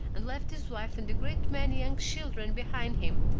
and left his wife and a great many young children behind him,